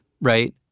right